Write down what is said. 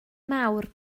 mawr